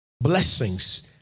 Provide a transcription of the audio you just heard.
Blessings